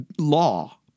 law